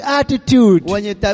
attitude